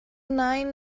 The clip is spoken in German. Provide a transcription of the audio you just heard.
nein